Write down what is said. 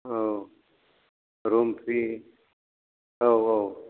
औ room free औ औ